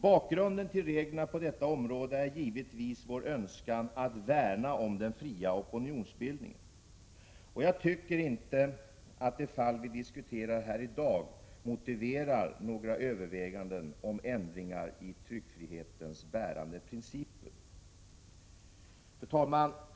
Bakgrunden till reglerna på detta område är givetvis vår önskan att värna om den fria opinionsbildningen. Jag tycker inte att det fall som vi diskuterar i dag motiverar några överväganden i fråga om ändringar i tryckfrihetens bärande principer. Fru talman!